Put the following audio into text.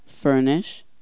Furnish